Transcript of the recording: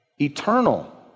eternal